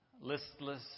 listless